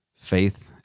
faith